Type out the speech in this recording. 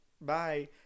Bye